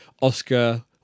Oscar